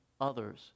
others